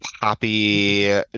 poppy